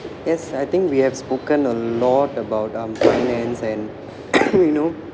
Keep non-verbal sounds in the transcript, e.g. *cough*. yes I think we have spoken a lot about um finance and *coughs* you know